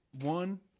one